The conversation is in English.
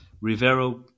Rivero